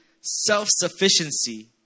self-sufficiency